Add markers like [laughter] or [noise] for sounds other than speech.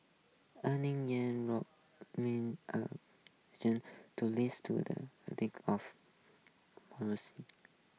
earlier Iran's [unintelligible] to list to the [unintelligible] of protesters